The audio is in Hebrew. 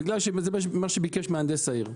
בגלל שזה מה שביקש מהנדס העיר.